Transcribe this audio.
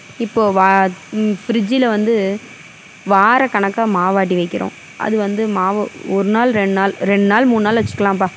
இப்போது ஃப்ரிஜ்ஜில் வந்து வார கணக்காக மாவாட்டி வைக்கிறோம் அது வந்து மாவு ஒரு நாள் ரெண்டு நாள் ரெண்டு நாள் மூணு நாள் வச்சுக்கிலாம்பா